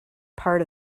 part